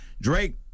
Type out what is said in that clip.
Drake